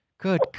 Good